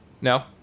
No